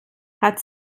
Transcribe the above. hat